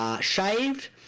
shaved